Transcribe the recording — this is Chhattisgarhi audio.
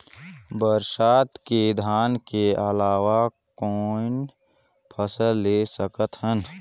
बरसात मे धान के अलावा कौन फसल ले सकत हन?